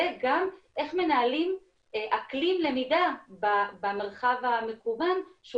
וגם איך מנהלים אקלים למידה במרחב המקוון שהוא